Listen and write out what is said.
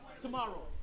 Tomorrow